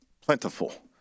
plentiful